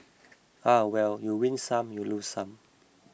ah well you win some you lose some